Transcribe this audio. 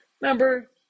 remember